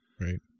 Right